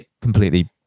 Completely